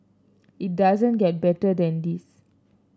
it doesn't get better than this